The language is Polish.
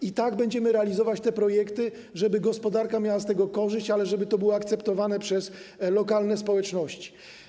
I tak będziemy realizować te projekty, żeby gospodarka miała z tego korzyść, ale żeby to było akceptowane przez lokalne społeczności.